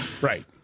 Right